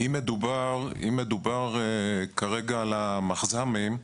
אם מדובר כרגע על המכז"מים,